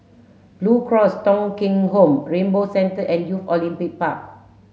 Blue Cross Thong Kheng Home Rainbow Centre and Youth Olympic Park